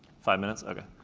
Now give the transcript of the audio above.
five minutes, okay.